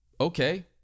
okay